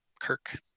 Kirk